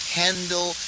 handle